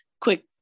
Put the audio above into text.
quick